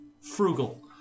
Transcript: frugal